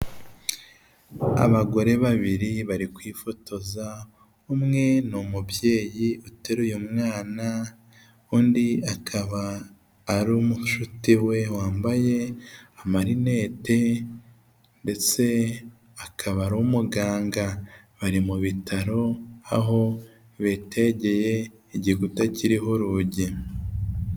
Abagore babiri bari kwifotoza umwe ni umubyeyi uteruye mwana, undi akaba ari mushuti we wambaye amarinete, ndetse akaba ari umuganga, bari mu bitaro aho bitegeye igikuta kiho urugi.